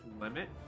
Limit